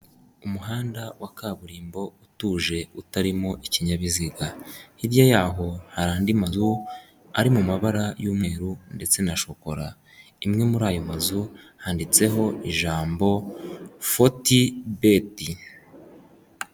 Umuhanda wa kaburimbo utuje utarimo ikinyabiziga, hirya yaho hari andi mazu ari mu mabara y'umweru ndetse na shokora, imwe muri ayo mazu handitseho ijambo foti beti.